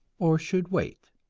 or should wait.